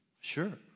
sure